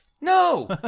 No